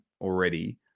already